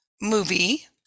movie